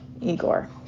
Igor